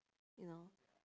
you know